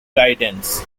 guidance